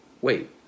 Wait